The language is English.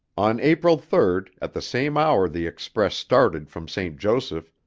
on april third, at the same hour the express started from st. joseph